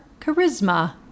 charisma